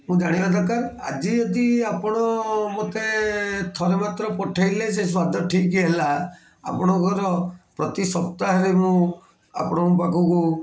ମୁଁ ଜାଣିବା ଦରକାର ଆଜି ଯଦି ଆପଣ ମୋତେ ଥରେ ମାତ୍ର ପଠାଇଲେ ସେ ସ୍ୱାଦ ଠିକ୍ ହେଲା ଆପଣଙ୍କର ପ୍ରତି ସପ୍ତାହରେ ମୁଁ ଆପଣଙ୍କ ପାଖକୁ